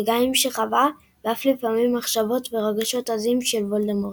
רגעים שחווה ואף לפעמים מחשבות ורגשות עזים של וולדמורט.